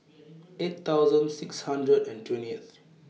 eight thousand six hundred and twentyth